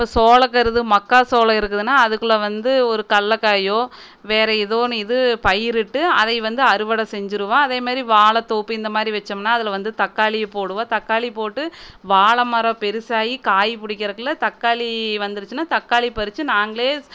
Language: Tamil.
இப்போ சோளக்கருது மக்காசோளம் இருக்குதுன்னா அதுக்குள்ள வந்து ஒரு கல்ல காயோ வேற ஏதோ ஒன்று இது பயிரிட்டு அதையே வந்து அறுவடை செஞ்சிடுவோம் அதேமாரி வாழைத்தோப்பு இந்தமாதிரி வச்சோம்னா அதில் வந்து தக்காளி போடுவோம் தக்காளி போட்டு வாழை மரம் பெருசாகி காய் பிடிக்கிறக்குள்ள தக்காளி வந்துருச்சின்னால் தக்காளியை பறித்து நாங்களே